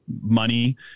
money